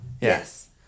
Yes